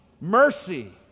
mercy